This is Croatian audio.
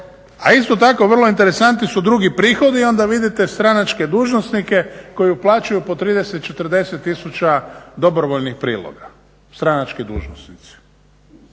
A isto tako vrlo su interesantni drugi prihodi i onda vidite stranačke dužnosnike koji uplaćuju po 30, 40 tisuća dobrovoljnih prihoda stranački dužnosnici.